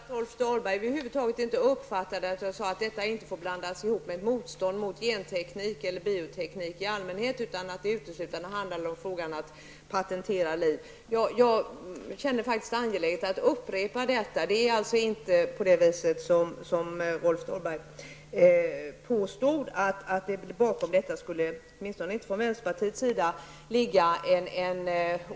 Herr talman! Visserligen talade jag fort när jag höll mitt anförande, men jag är beklämd över att Rolf Dahlberg över huvud taget inte uppfattade att jag sade att detta inte får blandas ihop med motstånd mot genteknik eller biotekniken i allmänhet utan att det uteslutande handlar om frågan att patentera liv. Jag känner det faktiskt som angeläget att upprepa detta. Det är alltså inte på det sättet -- åtminstone inte från vänsterpartiets sida -- som Rolf Dahlberg påstod, att det bakom detta skulle ligga en